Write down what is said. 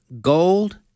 gold